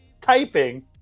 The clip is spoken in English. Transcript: typing